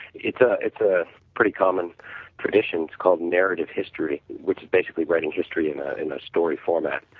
it's ah it's ah pretty common traditions called narrative history which is basically writing history in ah in a story format.